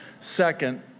Second